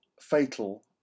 fatal